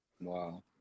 Wow